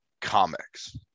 comics